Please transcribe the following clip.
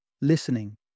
Listening